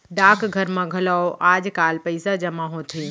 डाकघर म घलौ आजकाल पइसा जमा होथे